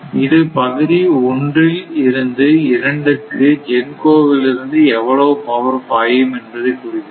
இது பகுதி ஒன்றில் இருந்து இரண்டுக்கு GENCO விலிருந்து எவ்வளவு பவர் பாயும் என்பதை குறிக்கிறது